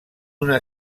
una